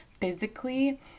physically